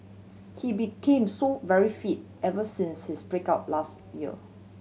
he became so very fit ever since his break up last year